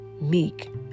meek